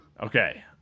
Okay